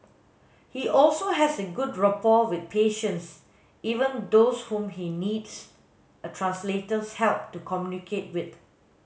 he also has a good rapport with patients even those whom he needs a translator's help to communicate with